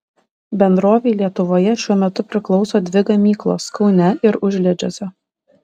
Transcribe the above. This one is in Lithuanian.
bendrovei lietuvoje šiuo metu priklauso dvi gamyklos kaune ir užliedžiuose